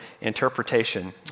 interpretation